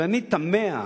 ואני תמה,